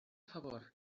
favor